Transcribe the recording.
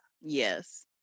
Yes